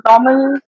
normal